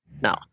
Now